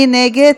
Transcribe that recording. מי נגד?